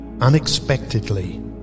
unexpectedly